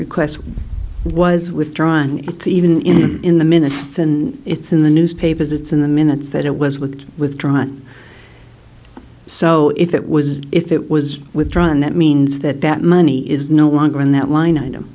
request was withdrawn even in the minutes and it's in the newspapers it's in the minutes that it was with withdrawn so if that was if it was withdrawn that means that that money is no longer in that line item